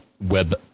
web